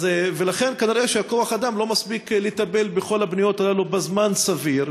כנראה כוח-האדם לא מספיק לטפל בכל הפניות הללו בזמן סביר,